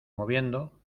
moviendo